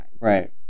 Right